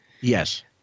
Yes